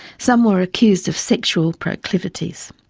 some were accused of sexual proclivities.